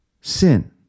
Sin